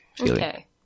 okay